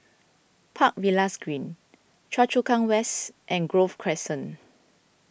Park Villas Green Choa Chu Kang West and Grove Crescent